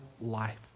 life